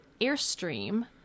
Airstream